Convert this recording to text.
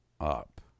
up